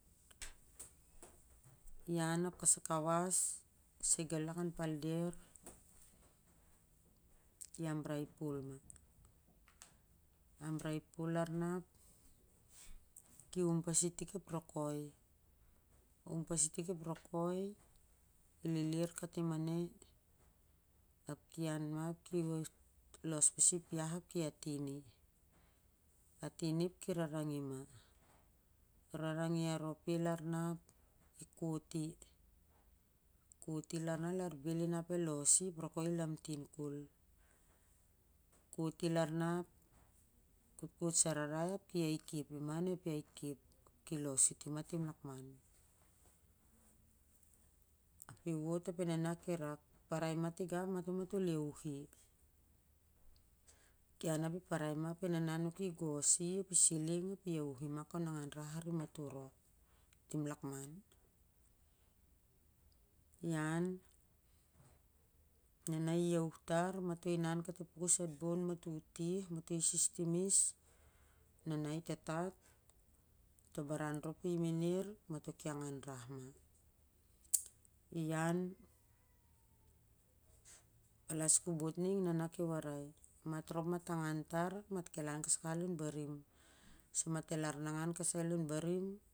Iang ap kasai kawas an palder i an rai pol am am rai pol na ap kiwum pa si tik ep rokoi i lilir katim an neh ap kian ma ki los pasi ep iah ap ki atin i ap ki raraingi ma raraingi i arop i larna ap ki kot i lan belinap el los i ep rokoi ilamting kol kot i larna ki kot sararai ap ki iaikep i ma ki los uti tim lakman i wot ap i nana i rak parai ma tiga ma to iawuh i ian ap i parai ma ap e nana nuki i gos i ap i siling ap i iawah i kon angan rar ari matol rop tim lak man ian na na ia iamuh tar ma to inan ka tim pukus an bori ma to is na na i tatat to barrah rop ki manar ap ma to kirangan rar ma ian palas kobot ning na na kawarai ma rop amat el ahh kasai kawas lon barim su amat el ai nangan ka sai kawas lon barim.